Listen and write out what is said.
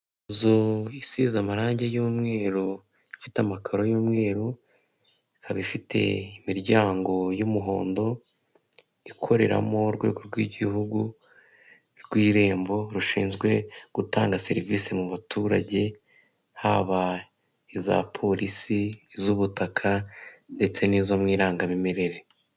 Inzu isize amarangi y'umweru, ifite amakaro y'umweru, ikaba ifite imiryango y'umuhondo, ikoreramo urwego rw'igihugu rw'irembo rushinzwe gutanga serivisi mu baturage, haba iza polisi, iz'ubutaka ndetse n'izo mu irangamimerere.